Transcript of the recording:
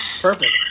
Perfect